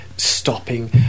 stopping